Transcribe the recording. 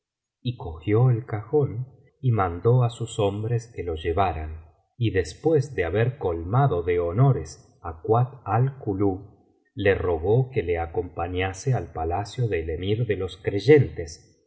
y copió el cajón y mandó á sus hombres que lo llevaran y después de haber colmado de honores á kuat alkulub le rogó que le acompañase al palacio del emir de los creyentes